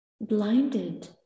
blinded